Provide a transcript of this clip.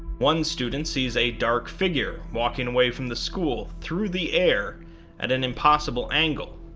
one student sees a dark figure walking away from the school through the air at an impossible angle,